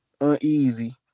uneasy